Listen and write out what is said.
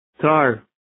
Tar